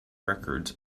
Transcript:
records